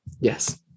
yes